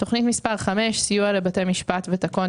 תוכנית מס' 5 היא סיוע לבתי משפט ותקון,